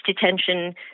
detention